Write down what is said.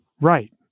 Right